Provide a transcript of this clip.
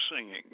singing